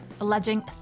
alleging